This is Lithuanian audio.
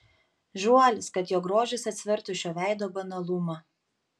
žuolis kad jo grožis atsvertų šio veido banalumą